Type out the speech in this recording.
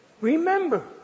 remember